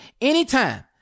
anytime